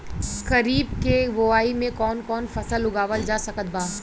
खरीब के बोआई मे कौन कौन फसल उगावाल जा सकत बा?